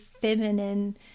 feminine